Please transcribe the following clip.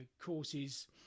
courses